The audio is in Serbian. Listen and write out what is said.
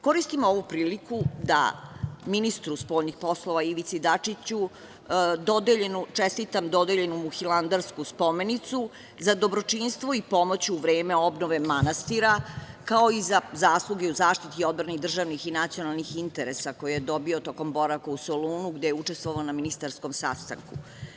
Koristim ovu priliku da ministru spoljnih poslova Ivici Dačiću čestitam dodeljenu mu Hilandarsku spomenicu za dobročinstvo i pomoć u vreme obnove manastira, kao i za zasluge u zaštiti odbrane državnih i nacionalnih interesa, koju je dobio tokom boravka u Solunu, gde je učestvovao na ministarskom sastanku.